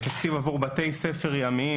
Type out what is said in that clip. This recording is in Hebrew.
תקציב עבור בתי ספר ימיים,